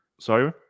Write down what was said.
Sorry